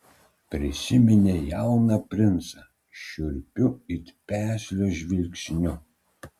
prisiminė jauną princą šiurpiu it peslio žvilgsniu